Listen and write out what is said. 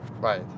right